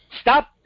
Stop